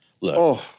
Look